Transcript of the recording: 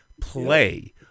play